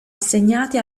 assegnate